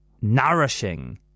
nourishing